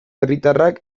herritarrak